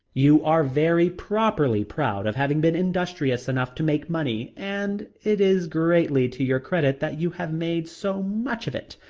you are very properly proud of having been industrious enough to make money and it is greatly to your credit that you have made so much of it.